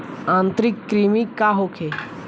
आंतरिक कृमि का होखे?